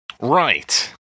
Right